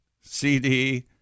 CD